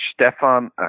Stefan